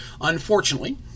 Unfortunately